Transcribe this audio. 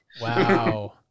Wow